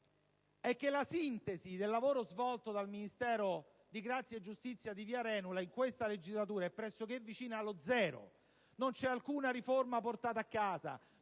è che la sintesi del lavoro svolto dal Ministero della giustizia di via Arenula in questa legislatura è vicina allo zero: non c'è alcuna riforma portata a casa,